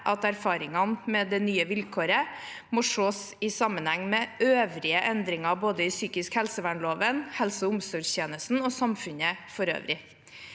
at erfaringene med det nye vilkåret må ses i sammenheng med øvrige endringer både i psykisk helsevernloven, helse- og omsorgstjenesten og samfunnet for øvrig.